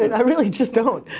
i really just don't.